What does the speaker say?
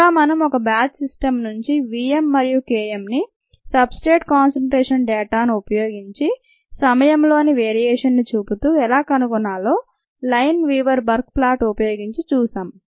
ఇంకా మనం ఒక బ్యాచ్ సిస్టమ్ నుంచి v m మరియు K mని సబ్ స్ట్రేట్ కాన్సన్ట్రేషన్ డేటాను ఉపయోగించి సమయంలోని వేరియేషన్ చూపుతూ ఎలా కనుగొనాలో లైన్వీవర్ బర్క్ ప్లాట్ ఉపయోగించి చూశాం